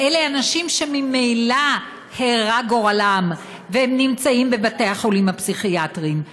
ואלה אנשים שממילא הרע גורלם והם נמצאים בבתי החולים הפסיכיאטריים.